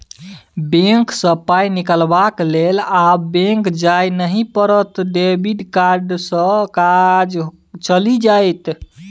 bank सँ पाय निकलाबक लेल आब बैक जाय नहि पड़त डेबिट कार्डे सँ काज चलि जाएत